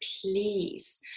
please